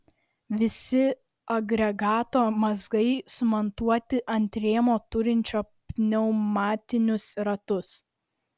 visi agregato mazgai sumontuoti ant rėmo turinčio pneumatinius ratus